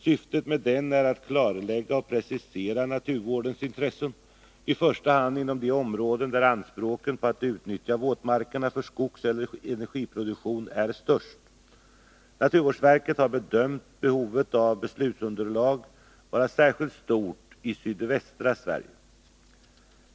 Syftet med den är att kartlägga och precisera naturvårdens intressen, i första hand inom de områden där anspråken på att utnyttja våtmarkerna för skogseller energiproduktion är störst. Naturvårdsverket har bedömt behovet av beslutsunderlag vara särskilt stort i sydvästra Sverige.